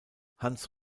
hans